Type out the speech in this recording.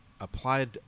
applied